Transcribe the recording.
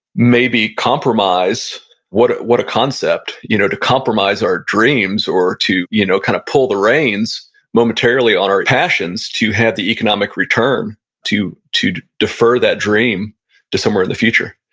maybe compromise what a concept you know to compromise our dreams or to you know kind of pull the reins momentarily on our passions to have the economic return to to defer that dream to somewhere in the future.